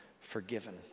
forgiven